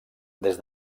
des